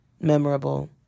memorable